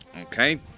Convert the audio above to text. Okay